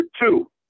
two